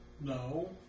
No